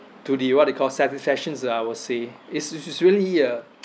to the what they call satisfactions uh I will say it's it's really a